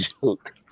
joke